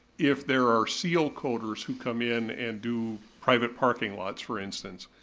if there are seal coaters who come in and do private parking lots, for instance.